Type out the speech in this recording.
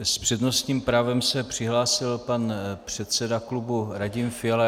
S přednostním právem se přihlásil pan předseda klubu Radim Fiala.